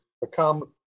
become